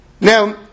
Now